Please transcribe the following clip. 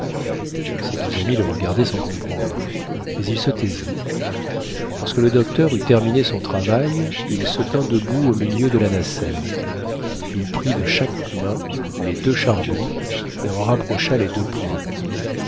ses deux amis le regardaient sans comprendre mais ils se taisaient lorsque le docteur eut terminé son travail il se tint debout au milieu de la nacelle il prit de chaque main les deux charbons et en rapprocha les deux pointes